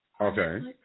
Okay